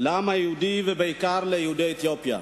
לעם היהודי ובעיקר ליהודי אתיופיה.